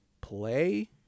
play